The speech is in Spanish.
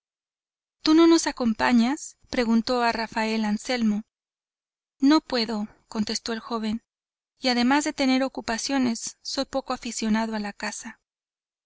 tú no nos acompañas preguntó a rafael anselmo no puedo contestó el joven y además de tener ocupaciones soy poco aficionado a la caza